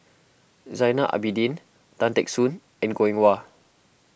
Zainal Abidin Tan Teck Soon and Goh Eng Wah